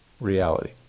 reality